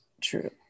true